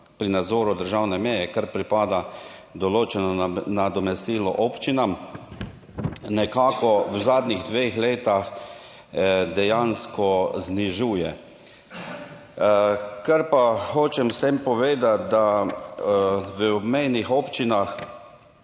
pri nadzoru državne meje, kar pripada določeno nadomestilo občinam, nekako v zadnjih dveh letih dejansko znižuje. Kar pa hočem s tem povedati, da v obmejnih občinah